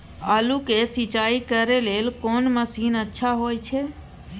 आलू के सिंचाई करे लेल कोन मसीन अच्छा होय छै?